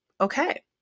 Okay